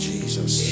Jesus